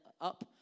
up